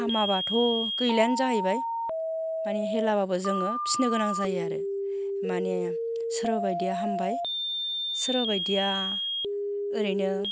हामाबाथ' गैलायानो जाहैबाय माने हेलाबाबो जोङो फिनो गोनां जायो आरो माने सोरबा बादिया हामबाय सोरबा बादिया ओरैनो